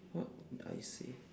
what would I say